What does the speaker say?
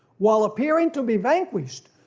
while appearing to be vanquished,